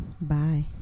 Bye